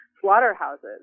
slaughterhouses